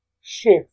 Shift